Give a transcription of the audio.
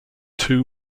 two